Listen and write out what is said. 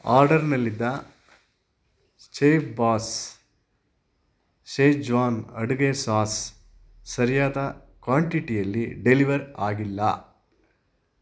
ಆರ್ಡರ್ನಲ್ಲಿದ್ದ ಚೇಫ್ಬಾಸ್ ಶೇಜ್ವಾನ್ ಅಡುಗೆ ಸಾಸ್ ಸರಿಯಾದ ಕ್ವಾಂಟಿಟಿಯಲ್ಲಿ ಡೆಲಿವರ್ ಆಗಿಲ್ಲ